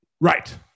Right